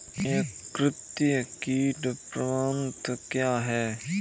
एकीकृत कीट प्रबंधन क्या है?